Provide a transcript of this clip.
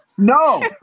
No